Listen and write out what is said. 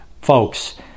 folks